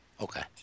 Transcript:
Okay